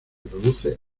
produce